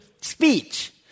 speech